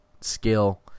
skill